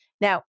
Now